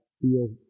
Feel